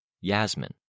Yasmin